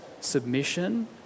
submission